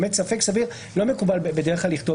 באמת ספק סביר, בדרך כלל לא מקובל לכתוב.